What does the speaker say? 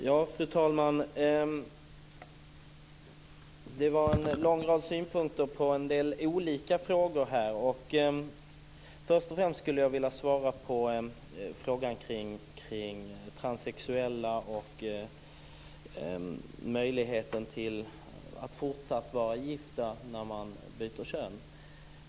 Fru talman! Det var en lång rad synpunkter på en del olika frågor. Först och främst vill jag svara på frågan kring transsexuella och möjligheten till att fortsätta att vara gift när man byter kön.